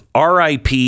RIP